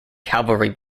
cavalry